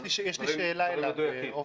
יש לי שאלה אליו, עפר.